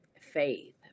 faith